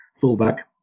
full-back